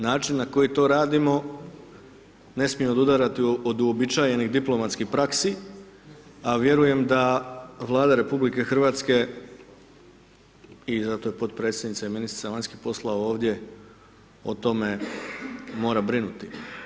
Način na koji to radimo ne smije odudarati od uobičajenih diplomatskih praksi, a vjerujem da Vlada RH i zato podpredsjednica i ministrica vanjskih poslova ovdje o tome mora brinuti.